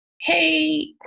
Hey